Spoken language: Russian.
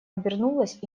обернулась